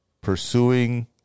pursuing